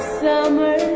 summer